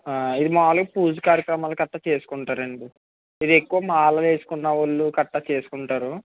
ఇది మామూలుగా పూజ కార్యక్రమాలు గట్రా చేసుకుంటారు అండి ఇది ఎక్కువ మాల వేసుకున్న వాళ్ళు గట్రా చేసుకుంటారు